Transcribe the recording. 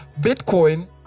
Bitcoin